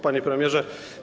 Panie Premierze!